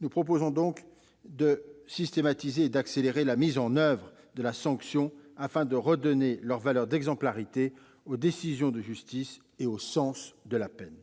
Nous proposons donc de systématiser et d'accélérer la mise en oeuvre de la sanction afin de redonner leur valeur d'exemplarité aux décisions de justice et du sens à la peine.